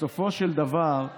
בסופו של דבר,